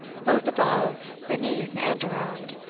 both above, beneath, and around,